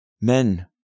men